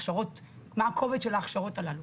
מה הכובד של ההכשרות הללו?